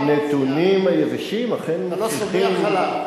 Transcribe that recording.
הנתונים היבשים אכן מוכיחים, אתה לא סומך עליו?